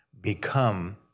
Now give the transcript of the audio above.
become